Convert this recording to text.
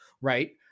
right